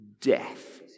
death